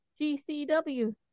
GCW